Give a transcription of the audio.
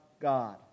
God